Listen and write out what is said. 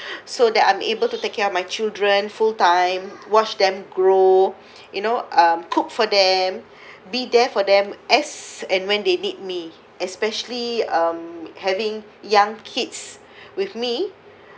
so that I'm able to take care of my children full time watch them grow you know um cook for them be there for them as and when they need me especially um having young kids with me